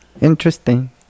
Interesting